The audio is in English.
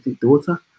daughter